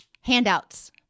handouts